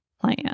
plan